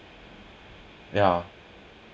yeah